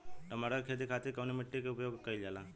टमाटर क खेती खातिर कवने मिट्टी के उपयोग कइलजाला?